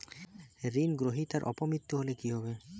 ঋণ গ্রহীতার অপ মৃত্যু হলে কি হবে?